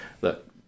look